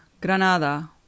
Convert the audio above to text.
Granada